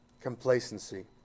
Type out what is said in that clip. complacency